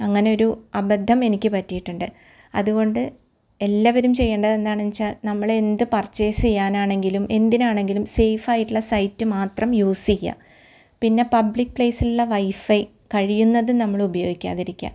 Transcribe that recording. അങ്ങനെ ഒരു അബദ്ധം എനിക്ക് പറ്റിയിട്ടുണ്ട് അതുകൊണ്ട് എല്ലാവരും ചെയ്യേണ്ടത് എന്താണെന്ന് വച്ചാൽ നമ്മൾ എന്ത് പർച്ചേസ്സ് ചെയ്യാനാണെങ്കിലും എന്തിനാണെങ്കിലും സേഫ് ആയിട്ടുള്ള സൈറ്റ് മാത്രം യൂസ് ചെയ്യുക പിന്നെ പബ്ലിക് പ്ലേസിൽ ഉള്ള വൈഫൈ കഴിയുന്നതും നമ്മൾ ഉപയോഗിക്കാതിരിക്കുക